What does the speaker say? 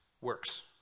works